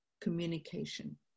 communication